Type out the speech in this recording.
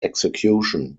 execution